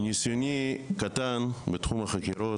מניסיוני הקטן במשטרת ישראל ובתחום החקירות,